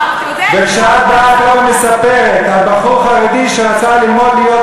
וכשאת באה פה ומספרת על בחור חרדי שרצה ללמוד להיות